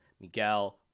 Miguel